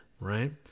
right